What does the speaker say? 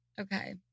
okay